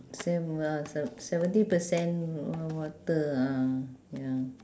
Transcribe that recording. seve~ ah se~ seventy percent of water ah ya